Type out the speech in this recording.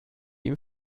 ihm